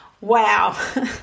wow